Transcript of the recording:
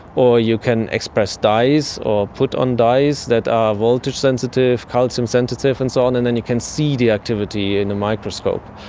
or you can express dyes or put on dyes that are voltage sensitive, calcium sensitive and so on, and then you can see the activity in the microscope.